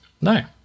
No